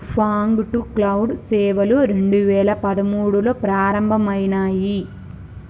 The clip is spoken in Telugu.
ఫాగ్ టు క్లౌడ్ సేవలు రెండు వేల పదమూడులో ప్రారంభమయినాయి